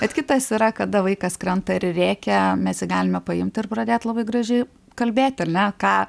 bet kitas yra kada vaikas krenta ir rėkia mes jį galime paimti ir pradėt labai gražiai kalbėti ar ne ką